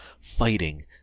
fighting